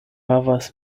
havas